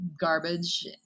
garbage